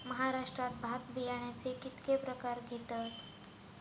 महाराष्ट्रात भात बियाण्याचे कीतके प्रकार घेतत?